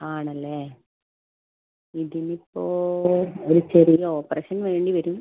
ആണല്ലേ ഇതിന് ഇപ്പോൾ ഒരു ചെറിയ ഓപ്പറേഷൻ വേണ്ടി വരും